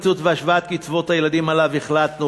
הקיצוץ והשוואת קצבאות הילדים שעליו החלטנו